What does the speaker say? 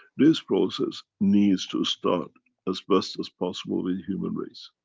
this process needs to start as best as possible in human race.